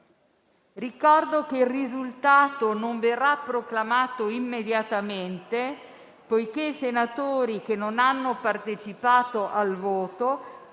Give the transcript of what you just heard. Ricordo che il risultato non verrà proclamato immediatamente, poiché i senatori che non hanno partecipato al voto